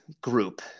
group